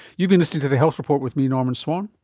you've been listening to the health report with me, norman swan,